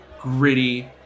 gritty